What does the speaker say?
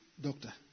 Doctor